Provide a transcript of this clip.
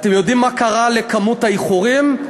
אתם יודעים מה קרה לכמות האיחורים?